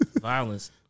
Violence